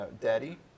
daddy